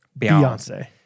Beyonce